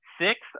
six